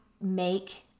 make